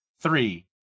Three